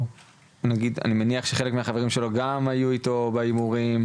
אני מניח שחלק מהחברים שלו גם היו איתו בהימורים.